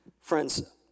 friends